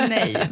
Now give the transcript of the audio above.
Nej